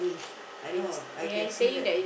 I know I can feel that